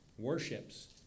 warships